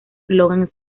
logan